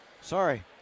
Sorry